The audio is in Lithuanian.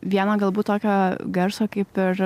vieno galbūt tokio garso kaip ir